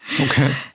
Okay